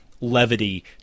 levity